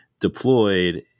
deployed